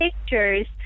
pictures